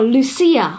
Lucia